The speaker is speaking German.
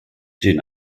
den